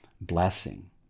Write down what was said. blessing